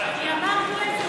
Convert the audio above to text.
אני אמרתי,